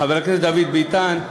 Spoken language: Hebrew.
דוד ביטן,